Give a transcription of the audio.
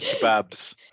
babs